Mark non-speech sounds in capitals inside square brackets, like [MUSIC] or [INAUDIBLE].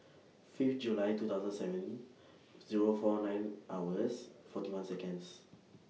[NOISE] Fifth July two thousand seven Zero four nine hours forty one Seconds